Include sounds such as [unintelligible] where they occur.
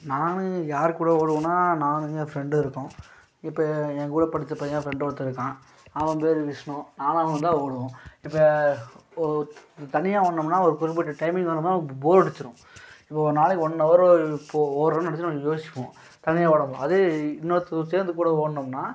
நானு யார் கூட ஓடுவன்னா நானு என் ஃப்ரெண்டு இருக்கோம் இப்போ எங்கூட படித்த பையன் என் ஃப்ரெண்டு ஒருத்தன் இருக்கான் அவன் பேயரு விஷ்ணு நானும் அவனும்தான் ஓடுவோம் இப்போ ஒரு தனியாக ஓட்டுனோம்னா ஒரு குறிப்பிட்ட டைமிங் ஓட்டுனோம்னா போர் அடிச்சிடும் இப்போ ஒரு நாளைக்கு ஒன் ஹவரு இப்போது ஓடுறோம் [unintelligible] யோசிப்போம் தனியாக ஓட போனால் அதே இன்னோருத்தவரு சேர்ந்து கூட ஓட்டுனோம்னா